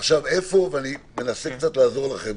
אני מנסה קצת לעזור לכם,